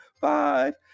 Five